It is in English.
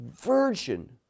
virgin